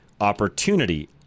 opportunity